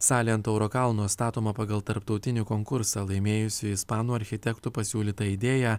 salė ant tauro kalno statoma pagal tarptautinį konkursą laimėjusi ispanų architektų pasiūlytą idėją